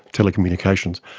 telecommunications,